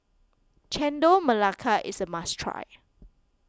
Chendol Melaka is a must try